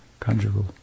conjugal